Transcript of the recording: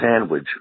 sandwich